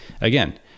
Again